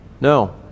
No